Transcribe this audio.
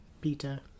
Peter